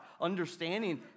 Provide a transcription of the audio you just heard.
understanding